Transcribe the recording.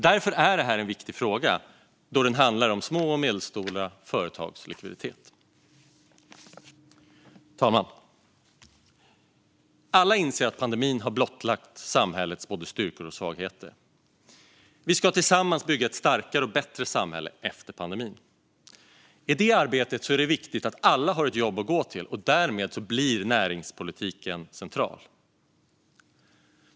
Därför är det här en viktig fråga, eftersom den handlar om små och medelstora företags likviditet. Fru talman! Alla inser att pandemin har blottlagt samhällets både styrkor och svagheter. Vi ska tillsammans bygga ett starkare och bättre samhälle efter pandemin. I det arbetet är det viktigt att alla har ett jobb att gå till, och därmed blir näringspolitiken central.